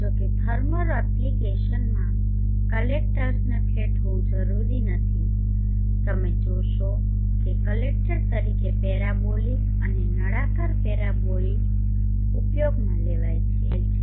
જો કે થર્મલ એપ્લિકેશનમાં કલેક્ટર્સને ફ્લેટ હોવું જરૂરી નથી તમે જોશો કે કલેક્ટર તરીકે પેરાબોલિક અને નળાકાર પેરાબોલિઇડ્સ ઉપયોગમાં લેવાય છે અને તેમની પાસે વિવિધ એકાગ્રતા પ્રોફાઇલ છે